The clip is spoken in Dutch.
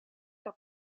had